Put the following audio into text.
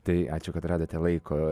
tai ačiū kad radote laiko